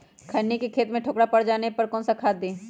खैनी के खेत में ठोकरा पर जाने पर कौन सा खाद दी?